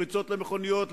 פריצות למכוניות,